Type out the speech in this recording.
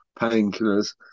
painkillers